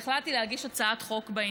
והחלטתי להגיש הצעת חוק בעניין.